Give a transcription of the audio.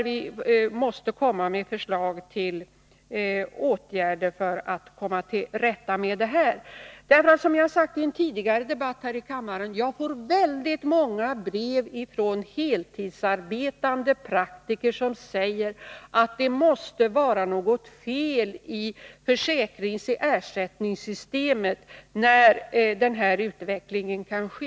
Vi måste där komma med förslag till åtgärder för att komma till rätta med detta. Som jag sagt i en tidigare debatt här i kammaren får jag väldigt många brev från heltidsarbetande praktiker som säger att det måste vara något fel i ersättningssystemet när den här utvecklingen kan ske.